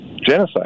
Genocide